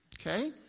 Okay